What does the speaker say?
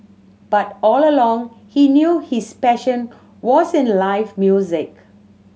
but all along he knew his passion was in live music